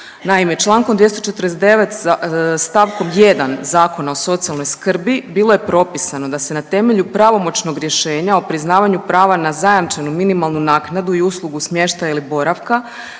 Naime, čl. 249. st. 1. Zakona o socijalnoj skrbi bilo je propisano da se na temelju pravomoćnog rješenja o priznavanju prava na zajamčenu minimalnu naknadu i uslugu smještaja ili boravka